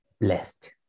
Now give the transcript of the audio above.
blessed